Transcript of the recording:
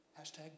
Hashtag